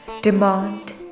demand